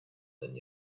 than